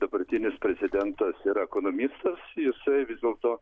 dabartinis prezidentas yra ekonomistas jisai vis dėlto